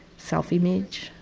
self-image,